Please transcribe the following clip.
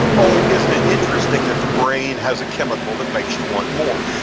oh, isn't it interesting that the brain has a chemical that makes you want more.